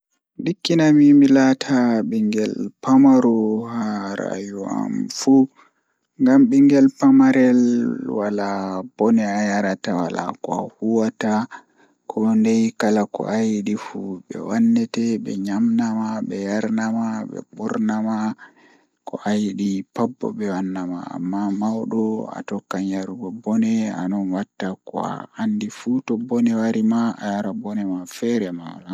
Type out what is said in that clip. Ndikkinami mi laarta bingel pamaro haa rayuwa am fuu, Ngam bingel pamarel wala bone ayarata wala kuugal ahuwata ko ndei kala ko ayidi fuu be wannete be nyamnama be yarnama be wurnama ko ayidi pat bo be wannama, Amma maudo bo atokkan yarugo bone atokkan wadugo ko a andi fu to bone wari ma ayara bone man feere ma wala mo jabatama.